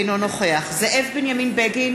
אינו נוכח זאב בנימין בגין,